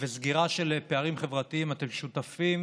וסגירה של פערים חברתיים, אתם שותפים